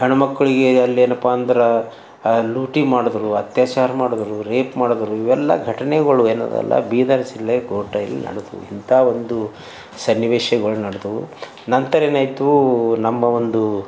ಹೆಣ್ಣು ಮಕ್ಕಳಿಗೆ ಅಲ್ಲಿ ಏನಪ್ಪಾ ಅಂದ್ರೆ ಲೂಟಿ ಮಾಡಿದ್ರು ಅತ್ಯಾಚಾರ ಮಾಡಿದ್ರು ರೇಪ್ ಮಾಡಿದ್ರು ಇವೆಲ್ಲಾ ಘಟನೆಗಳು ಏನದಲ್ಲಾ ಬೀದರ್ ಜಿಲ್ಲೆ ಘೋರ್ಟೈಲ್ ನಡೆದ್ವು ಇಂಥಾ ಒಂದು ಸನ್ನಿವೇಶಗಳು ನಡೆದ್ವು ನಂತರ ಏನಾಯಿತು ನಮ್ಮ ಒಂದು